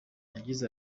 yagize